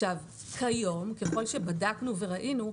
כיום, ככל שבדקנו וראינו,